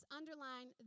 underline